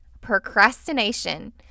procrastination